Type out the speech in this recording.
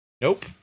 Nope